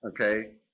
okay